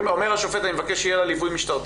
השופט מבקש שיהיה לה ליווי משטרתי.